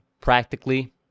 practically